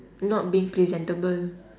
not being presentable